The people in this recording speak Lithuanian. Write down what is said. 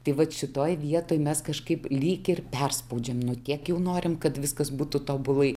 tai vat šitoj vietoj mes kažkaip lyg ir perspaudžiam nu tiek jau norim kad viskas būtų tobulai